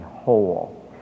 whole